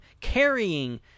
carrying